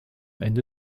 ende